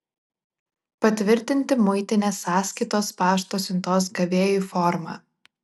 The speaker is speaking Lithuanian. patvirtinti muitinės sąskaitos pašto siuntos gavėjui formą